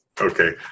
Okay